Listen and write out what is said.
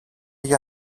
για